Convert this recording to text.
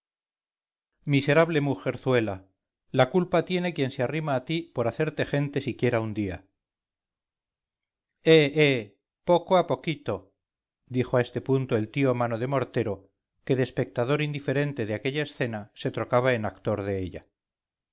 miserable mujerzuela la culpa tiene quien se arrima a ti por hacerte gente siquiera un día eh eh poco a poquito dijo a este punto el tío mano de mortero que de espectador indiferente de aquella escena se trocaba en actor de ella